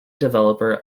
developer